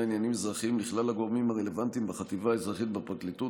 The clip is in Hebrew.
לעניינים אזרחיים לכלל הגורמים הרלוונטיים בחטיבה האזרחית בפרקליטות.